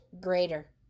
greater